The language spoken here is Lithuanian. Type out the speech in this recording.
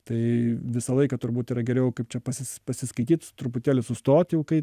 tai visą laiką turbūt yra geriau kaip čia pasis pasiskaityt truputėlį sustot jau kai